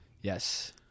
Yes